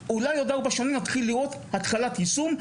אולי בעוד ארבע שנים נתחיל לראות התחלת יישום.